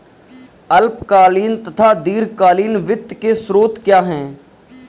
अल्पकालीन तथा दीर्घकालीन वित्त के स्रोत क्या हैं?